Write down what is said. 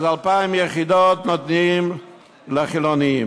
אז 2,000 יחידות נותנים לחילונים.